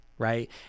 Right